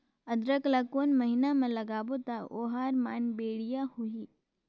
अदरक ला कोन महीना मा लगाबो ता ओहार मान बेडिया होही?